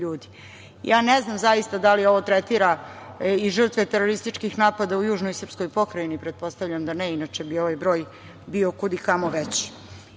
Ne znam zaista da li ovo tretira i žrtve terorističkih napada u južnoj srpskoj pokrajini. Pretpostavljam da ne inače bi ovaj broj bio kud i kamo